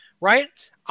right